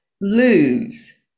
lose